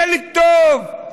ילד טוב.